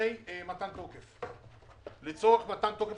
מוועדת הפנים של הכנסת לצורך גריעה משמורת טבע.